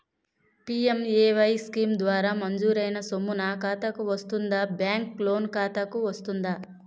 PMAY scheme ద్వారా మంజూరైన సొమ్ము నా ఖాతా కు వస్తుందాబ్యాంకు లోన్ ఖాతాకు వస్తుందా?